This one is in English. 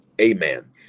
Amen